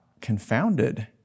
confounded